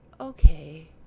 okay